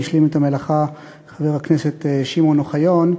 והשלים את המלאכה חבר הכנסת שמעון אוחיון.